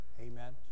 Amen